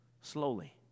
slowly